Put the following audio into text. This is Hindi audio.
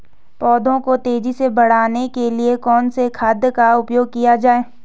पौधों को तेजी से बढ़ाने के लिए कौन से खाद का उपयोग किया जाए?